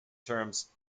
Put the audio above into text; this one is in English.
terms